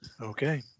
Okay